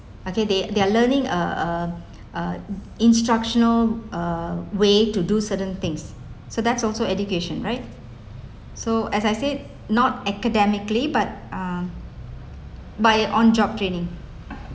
okay they they're learning uh uh uh instructional uh way to do certain things so that's also education right so as I said not academically but uh by on job training